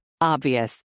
Obvious